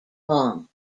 long